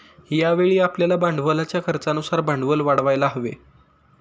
यावेळी आपल्याला भांडवलाच्या खर्चानुसार भांडवल वाढवायला हवे